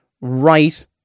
right